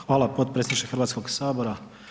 Hvala potpredsjedniče Hrvatskoga sabora.